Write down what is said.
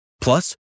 Plus